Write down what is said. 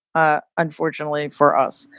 ah unfortunately for us.